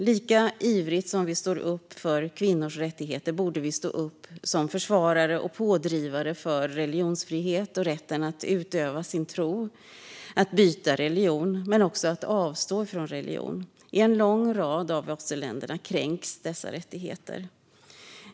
Lika ivrigt som vi står upp för kvinnors rättigheter borde vi stå upp som försvarare och pådrivare för religionsfrihet och rätten att utöva sin tro, att byta religion men också att avstå från religion. I en lång rad av OSSE-länderna kränks dessa rättigheter.